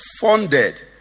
funded